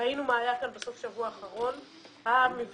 וראינו מה היה כאן בסוף השבוע האחרון עם המבצעים